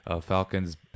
Falcons